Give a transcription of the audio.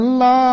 la